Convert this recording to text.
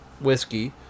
whiskey